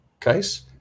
case